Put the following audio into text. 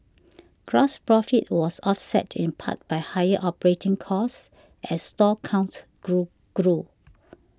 gross profit was offset in part by higher operating costs as store count grew grew